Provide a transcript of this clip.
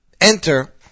Enter